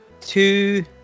two